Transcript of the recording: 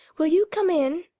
will you come in?